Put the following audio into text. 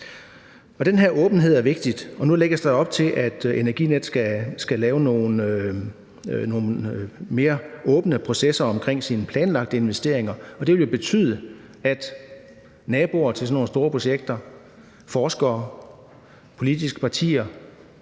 Den her åbenhed er vigtig. Nu lægges der op til, at Energinet skal lave nogle mere åbne processer om sine planlagte investeringer, og det vil jo betyde, at naboer til sådan nogle store projekter, forskere, politiske partier